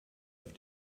auf